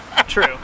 True